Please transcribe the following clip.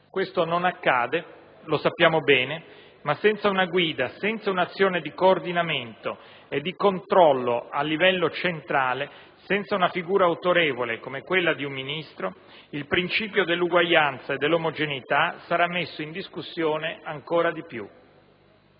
Questo non accade, lo sappiamo bene, ma senza una guida, senza un'azione di coordinamento e di controllo a livello centrale, senza una figura autorevole come quella di un Ministro, il principio dell'uguaglianza e dell'omogeneità sarà messo in discussione ancora di più.